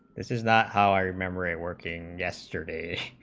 as is not how i remember a working yesterday